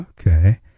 okay